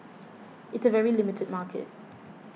it's a very limited market